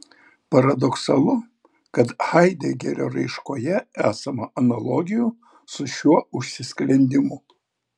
paradoksalu kad haidegerio raiškoje esama analogijų su šiuo užsisklendimu